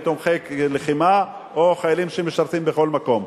תומכי לחימה או חיילים שמשרתים בכל מקום.